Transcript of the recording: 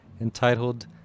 entitled